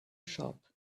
shop